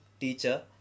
teacher